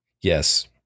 Yes